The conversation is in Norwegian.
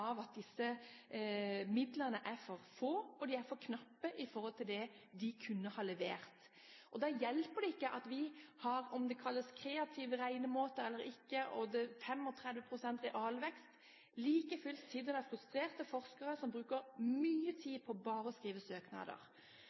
at disse midlene er for få og for knappe i forhold til det de kunne ha levert. Da hjelper det ikke at vi har – om det kalles kreative regnemåter eller ikke – 35 pst. realvekst. Like fullt sitter det frustrerte forskere som bruker mye tid på bare å skrive søknader.